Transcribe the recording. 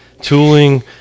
Tooling